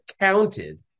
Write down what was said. counted